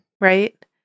Right